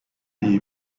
iyi